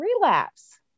relapse